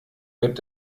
wird